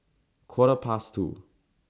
Quarter Past two